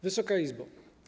Wysoka Izbo!